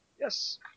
Yes